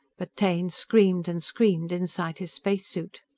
but taine screamed and screamed inside his spacesuit.